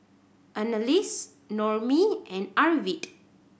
Anneliese Noemie and Arvid